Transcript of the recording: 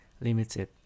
Limited